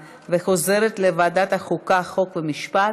לוועדת החוקה, חוק ומשפט